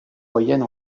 moyenne